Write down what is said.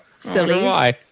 silly